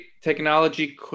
Technology